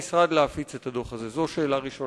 שאמרת ולשאול אותך עוד כמה שאלות קצרות.